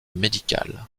médicale